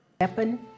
weapon